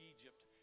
Egypt